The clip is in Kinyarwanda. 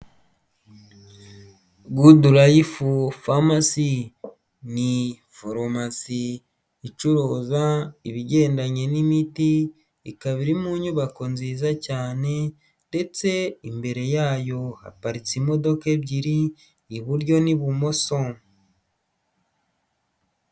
Goodlife Pharmacy ni Farumasi icuruza ibigendanye n'imiti, ikaba iri mu nyubako nziza cyane ndetse imbere yayo haparitse imodoka ebyiri, iburyo n'ibumoso.